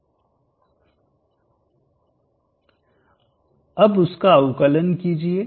अब उसका अवकलन कीजिए